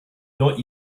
not